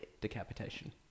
decapitation